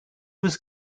was